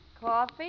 Coffee